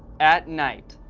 at night.